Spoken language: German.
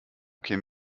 kämen